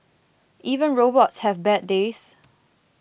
even robots have bad days